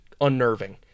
unnerving